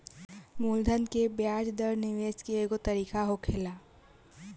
मूलधन के ब्याज दर निवेश के एगो तरीका होखेला